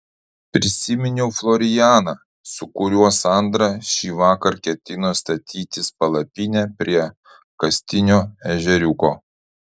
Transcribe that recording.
prisiminiau florianą su kuriuo sandra šįvakar ketino statytis palapinę prie kastinio ežeriuko